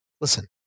Listen